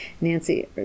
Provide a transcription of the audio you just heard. Nancy